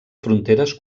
fronteres